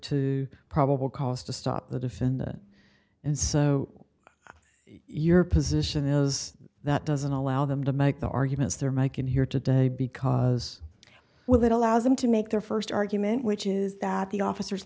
to probable cause to stop the defendant and so your position as that doesn't allow them to make the arguments there mike in here today because well that allows them to make their st argument which is that the officers